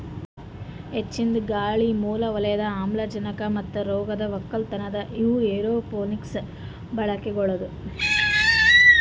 ಹೆಚ್ಚಿಂದ್ ಗಾಳಿ, ಮೂಲ ವಲಯದ ಆಮ್ಲಜನಕ ಮತ್ತ ರೋಗದ್ ಒಕ್ಕಲತನ ಇವು ಏರೋಪೋನಿಕ್ಸದು ಬಳಿಕೆಗೊಳ್